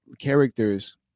characters